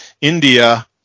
India